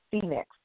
Phoenix